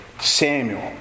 Samuel